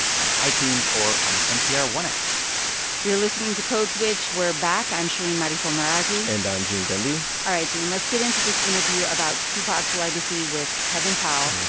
on itunes or on the npr one app you're listening to code switch. we're back. i'm shereen marisol meraji and i'm gene demby all right, gene, let's get into this interview about tupac's legacy with kevin powell.